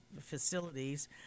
facilities